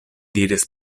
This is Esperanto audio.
diris